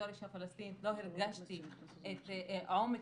בתור אישה פלשתינית לא הרגשתי את עומק